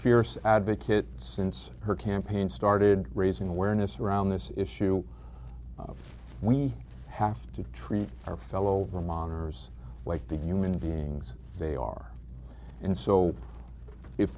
fierce advocate since her campaign started raising awareness around this issue we have to treat our fellow monitors like the human beings they are and so if